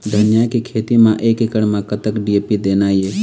धनिया के खेती म एक एकड़ म कतक डी.ए.पी देना ये?